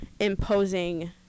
imposing